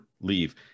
leave